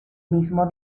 mismo